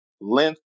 length